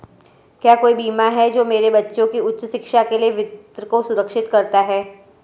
क्या कोई बीमा है जो मेरे बच्चों की उच्च शिक्षा के वित्त को सुरक्षित करता है?